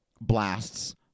blasts